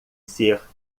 ser